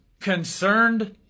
Concerned